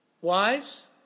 Wives